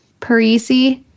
Parisi